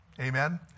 amen